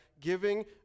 giving